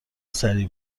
سریع